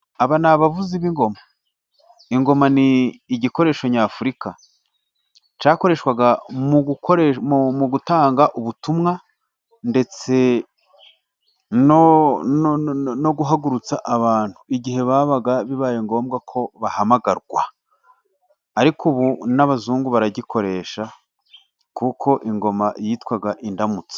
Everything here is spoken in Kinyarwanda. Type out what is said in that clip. Aba ni abavuzi b' ingoma: ingoma ni igikoresho nyafurika, cyakoreshwaga mu gutanga ubutumwa ndetse no guhagurutsa abantu, igihe babaga bibaye ngombwa ko bahamagarwa, ariko ubu n' abazungu baragikoresha kuko ingoma yitwaga indamutsa.